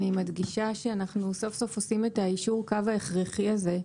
אני מדגישה שאנחנו סוף סוף עושים את יישור הקו ההכרחי הזה.